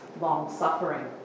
long-suffering